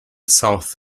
south